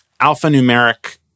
alphanumeric